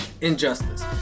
injustice